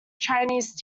chinese